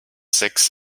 sechs